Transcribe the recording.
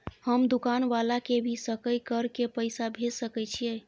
हम दुकान वाला के भी सकय कर के पैसा भेज सके छीयै?